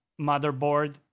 motherboard